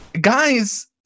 Guys